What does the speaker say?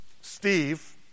Steve